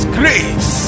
grace